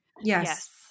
Yes